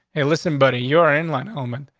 hey, listen, buddy, you're inland moment.